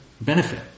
benefit